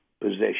position